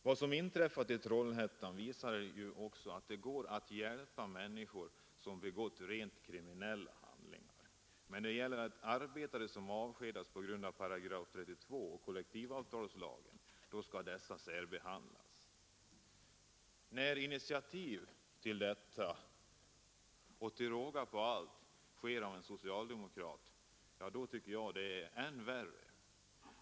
Vad som inträffat i Trollhättan visar också att det går att hjälpa människor som begått rent kriminella handlingar, men arbetare som avskedats på grund av § 32 och kollektivavtalslagen skall särbehandlas. När initiativet till detta till råga på allt tas av en socialdemokrat tycker jag det är än värre.